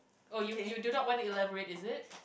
oh you you do not want to elaborate is it